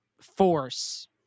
force